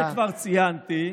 נוסף לכך, כפי שכבר ציינתי,